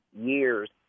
years